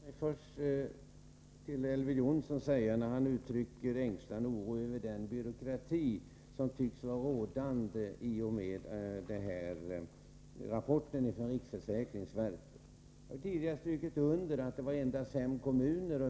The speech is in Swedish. Fru talman! Låt mig först till Elver Jonsson säga, när han uttrycker ängslan och oro över den byråkrati som tycks vara rådande enligt rapporten från riksförsäkringsverket, att jag tidigare har strukit under att det endast gällde fem kommuner.